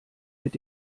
mit